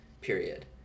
period